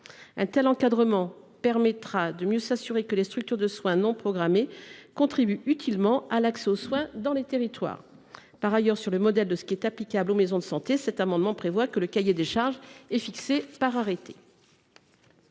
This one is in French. Un tel encadrement permettra de mieux s’assurer que les structures de soins non programmés contribuent utilement à l’accès aux soins dans les territoires. Par ailleurs, sur le modèle du régime applicable aux maisons de santé, nous suggérons que le cahier des charges soit fixé par arrêté.